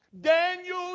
Daniel